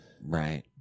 right